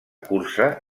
cursa